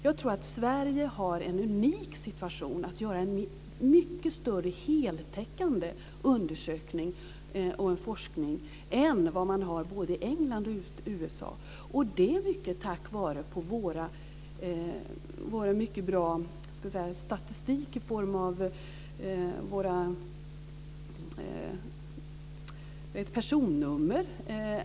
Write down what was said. Jag tror att Sverige har en unik situation som gör det möjligt att genomföra en mycket mer heltäckande undersökning och forskning än man har i både England och USA, mycket tack vare att vi har mycket bra statistik genom våra personnummer.